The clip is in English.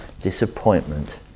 Disappointment